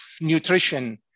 nutrition